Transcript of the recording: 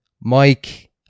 Mike